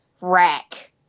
rack